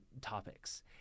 topics